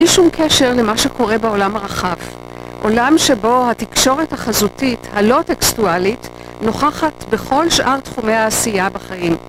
בלי שום קשר למה שקורה בעולם הרחב עולם שבו התקשורת החזותית, הלא טקסטואלית, נוכחת בכל שאר תחומי העשייה בחיים